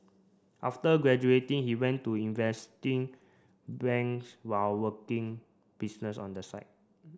after graduating he went to investing banks while working business on the side